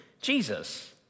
Jesus